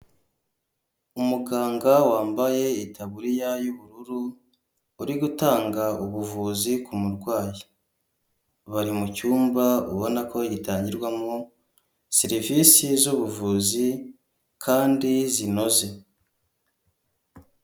Umuganga wambaye itaburiya y'ubururu uri gutanga ubuvuzi ku murwayi bari mucyumba ubona ko gitangirwamo serivisi z'ubuvuzi kandi zinoze.